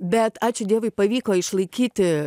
bet ačiū dievui pavyko išlaikyti